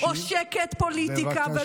או על "שקט פוליטיקה".